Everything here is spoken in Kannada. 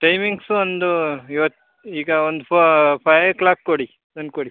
ಟೈಮಿಂಗ್ಸ್ ಒಂದು ಇವತ್ತು ಈಗ ಒಂದು ಫೋ ಫೈ ಓ ಕ್ಲಾಕ್ ಕೊಡಿ ತಂದು ಕೊಡಿ